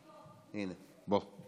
הינה, בוא,